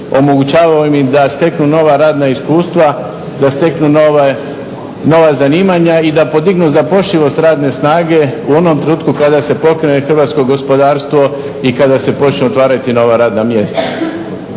omogućavaju im da steknu nova radna iskustva da steknu nova zanimanja i da podignu zapošljivost radne snage u onom trenutku kada se pokrene hrvatsko gospodarstvo i kada se počnu otvarati nova radna mjesta.